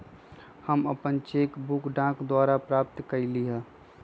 हम अपन cheque book डाक द्वारा प्राप्त कईली ह